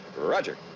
roger